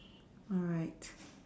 alright